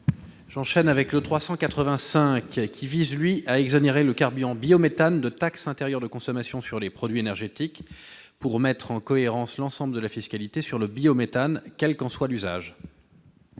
Cet amendement vise à exonérer le carburant biométhane de la taxe intérieure de consommation sur les produits énergétiques, pour mettre en cohérence l'ensemble de la fiscalité sur le biométhane, quel qu'en soit l'usage.